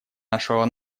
нашего